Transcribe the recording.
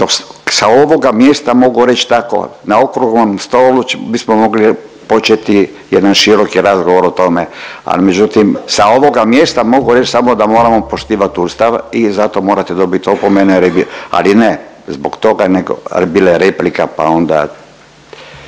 sa ovoga mjesta mogu reć tako na okruglom stolu bismo mogli početi jedan široki razgovor o tome, al međutim sa ovoga mjesta moram reć samo da moramo poštivati Ustav i zato morate dobiti opomene, ali ne zbog toga jer je bila replika pa onda